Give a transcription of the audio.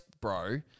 bro